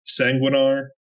Sanguinar